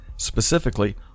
specifically